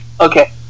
okay